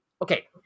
Okay